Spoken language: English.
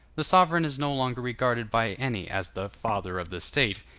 the sovereign is no longer regarded by any as the father of the state,